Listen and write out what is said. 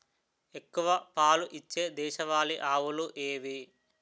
ఎక్కువ పాలు ఇచ్చే దేశవాళీ ఆవులు ఏవి?